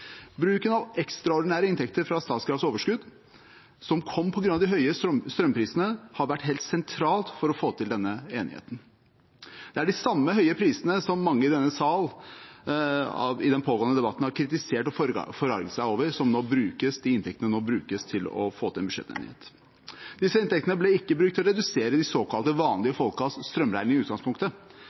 Bruken av ekstraordinære inntekter fra Statkrafts overskudd – som kom på grunn av de høye strømprisene – har vært helt sentralt for å få til denne enigheten. Det er de samme høye prisene som mange i denne sal i den pågående debatten har kritisert og forarget seg over; det er de inntektene som nå brukes til å få til en budsjettenighet. Disse inntektene ble ikke brukt til å redusere de såkalt vanlige folks strømregning i utgangspunktet,